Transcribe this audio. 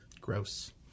Gross